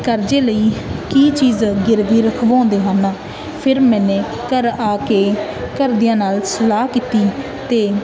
ਕਰਜ਼ੇ ਲਈ ਕੀ ਚੀਜ਼ ਗਿਰਵੀ ਰਖਵਾਉਂਦੇ ਹਨ ਫਿਰ ਮੈਨੇ ਘਰ ਆ ਕੇ ਘਰਦਿਆਂ ਨਾਲ ਸਲਾਹ ਕੀਤੀ ਅਤੇ